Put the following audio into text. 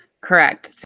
Correct